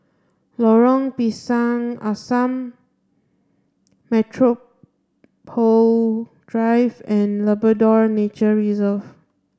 Lorong Pisang Asam Metropole Drive and Labrador Nature Reserve